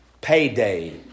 payday